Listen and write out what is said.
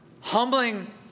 humbling